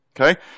Okay